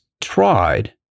tried